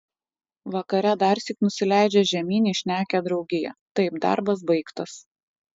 vakare darsyk nusileidžia žemyn į šnekią draugiją taip darbas baigtas